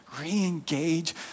re-engage